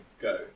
go